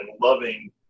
loving